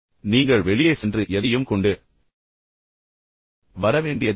எனவே நீங்கள் வெளியே சென்று எதையும் கொண்டு வர வேண்டியதில்லை